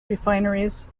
refineries